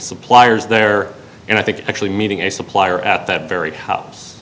suppliers there and i think actually meeting a supplier at that very house